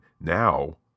Now